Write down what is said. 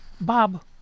Bob